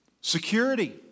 Security